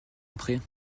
après